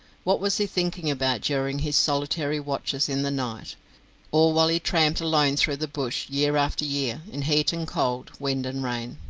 what was he thinking about during his solitary watches in the night or while he tramped alone through the bush year after year in heat and cold, wind and rain?